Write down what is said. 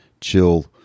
chill